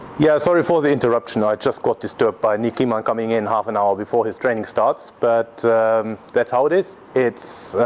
yeah sorry for the interruption i just got disturbed by niek kimmann coming in half an hour before his training starts. but that's how it is. it's,